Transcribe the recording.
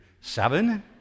Seven